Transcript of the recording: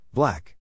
Black